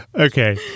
Okay